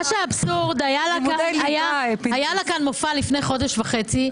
האבסורד הוא שהיה לה כאן מופע לפני חודש וחצי,